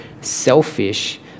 selfish